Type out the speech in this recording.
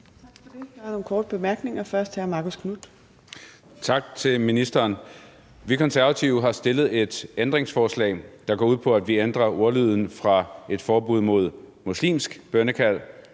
Tak. Der er nogle korte bemærkninger. Først er det hr. Marcus Knuth. Kl. 15:25 Marcus Knuth (KF): Tak til ministeren. Vi Konservative har stillet et ændringsforslag, der går ud på, at vi ændrer ordlyden fra et forbud mod muslimsk bønnekald